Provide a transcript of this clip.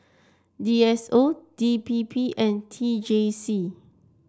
D S O D P P and T J C